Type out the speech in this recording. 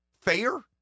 fair